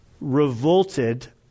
revolted